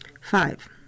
Five